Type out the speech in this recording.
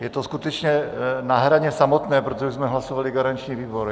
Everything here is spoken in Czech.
Je to skutečně na hraně samotné, protože jsme hlasovali garanční výbor.